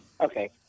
Okay